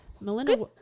Melinda